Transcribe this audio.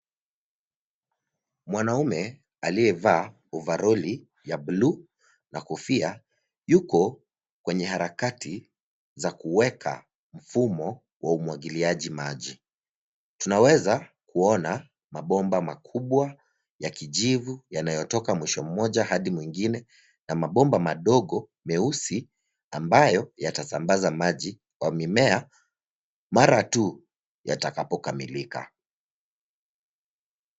Mwanaume aliyevaa uvaroli ya blue na kofia yuko kwenye harakati za kuweka mfumo wa umwagiliaji maji. Tunaweza kuona mabomba makubwa ya kijivu yanayotoka mwisho mmoja hadi mwingine na mabomba madogo meusi ambayo yatasambaza maji kwa mimea mara tu yatakapokamilika.